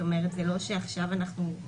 זה לא שעכשיו יש